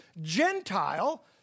Gentile